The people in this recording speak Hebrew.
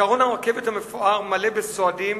קרון הרכבת המפואר מלא בסועדים